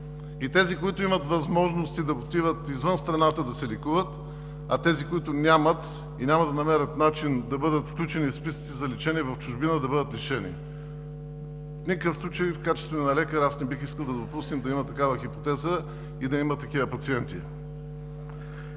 и тези, които имат възможности да отидат, се лекуват извън страната, а тези, които нямат и няма да намерят начин да бъдат включени в списъците за лечение в чужбина, да бъдат лишени?! В никакъв случай в качеството ми на лекар не бих искал да допуснем да има такава хипотеза и да има такива пациенти!